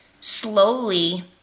slowly